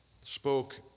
spoke